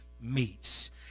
meets